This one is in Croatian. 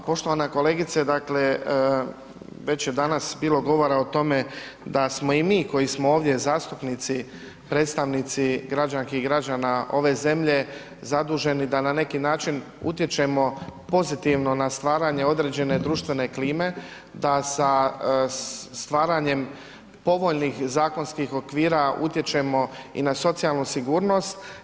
Pa poštovana kolegice, dakle, već je danas bilo govora o tome da smo i mi koji smo ovdje zastupnici predstavnici građanki i građana ove zemlje zaduženi da na neki način utječemo pozitivno na stvaranje određene društvene klime, da sa stvaranjem povoljnih zakonskih okvira utječemo i na socijalnu sigurnost.